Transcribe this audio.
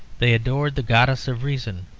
they adored the goddess of reason,